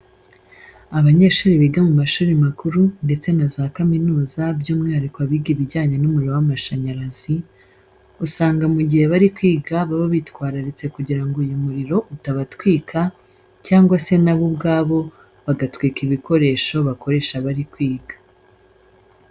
Abanyeshuri biga mu mashuri makuru ndetse na za kaminuza by'umwihariko abiga ibijyanye n'umuriro w'amashanyarazi, usanga mu gihe bari kwiga baba bitwararitse kugira ngo uyu muriro utabatwika cyangwa se na bo ubwabo bagatwika ibikoresho bakoresha bari kwiga.